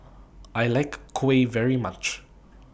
I like Kuih very much